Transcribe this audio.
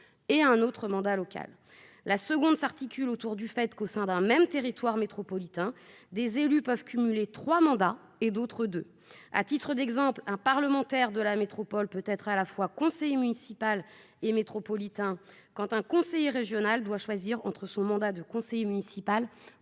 et un autre mandat local. Deuxièmement, au sein d'un même territoire métropolitain, des élus peuvent cumuler trois mandats et d'autres deux. À titre d'exemple, un parlementaire de la métropole peut être à la fois conseiller municipal et conseiller métropolitain, alors qu'un conseiller régional doit choisir entre son mandat de conseiller municipal